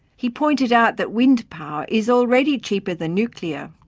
he pointed out that wind power is already cheaper than nuclear,